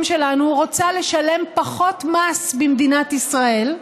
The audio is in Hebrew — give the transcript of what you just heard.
שלנו רוצה לשלם פחות מס במדינת ישראל,